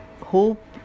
Hope